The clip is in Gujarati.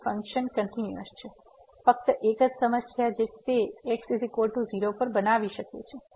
તેથી ફંક્શન કંટીન્યુઅસ છે ફક્ત એક જ સમસ્યા જે તે x 0 પર બનાવી શકે છે